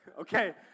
Okay